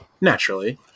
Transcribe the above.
Naturally